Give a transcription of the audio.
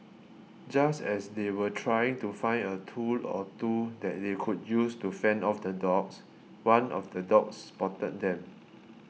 just as they were trying to find a tool or two that they could use to fend off the dogs one of the dogs spotted them